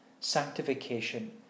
Sanctification